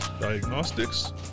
diagnostics